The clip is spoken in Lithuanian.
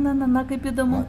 na na na kaip įdomu